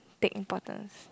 take important